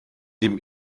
dem